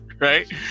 right